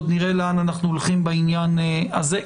עוד נראה לאן אנחנו הולכים בעניין הזה.